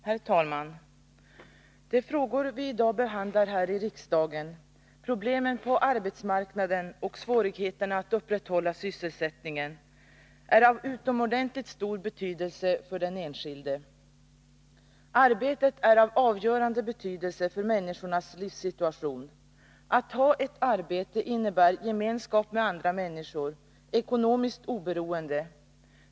Herr talman! De frågor vi i dag behandlar här i riksdagen — problemen på arbetsmarknaden och svårigheterna att upprätthålla sysselsättningen — är av utomordentligt stor betydelse för den enskilde. Arbetet är av avgörande betydelse för människornas livssituation. Att ha ett arbete innebär gemenskap med andra människor och ekonomiskt oberoende.